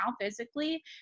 physically